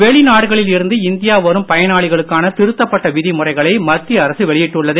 வெளிநாடுகளில் இருந்து இந்தியா வரும் பயணிகளுக்கான திருத்தப்பட்ட விதிமுறைகளை மத்திய அரசு வெளியிட்டுள்ளது